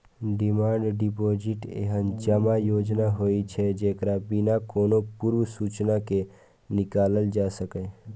demand deposit एहन जमा योजना होइ छै, जेकरा बिना कोनो पूर्व सूचना के निकालल जा सकैए